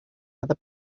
other